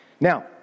Now